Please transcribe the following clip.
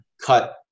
cut